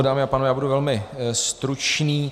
Dámy a pánové, já budu velmi stručný.